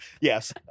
Yes